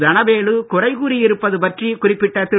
தனவேலு குறை கூறி இருப்பது பற்றி குறிப்பிட்ட திரு